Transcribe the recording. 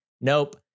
Nope